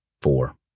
Four